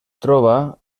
troba